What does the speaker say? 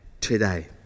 today